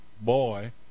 boy